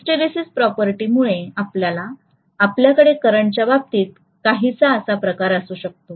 hysteresis property असल्यामुळे आपल्याकडे करंटच्या बाबतीत काहीसा असा आकार असू शकतो